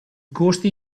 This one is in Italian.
costi